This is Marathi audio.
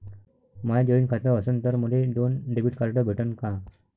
माय जॉईंट खातं असन तर मले दोन डेबिट कार्ड भेटन का?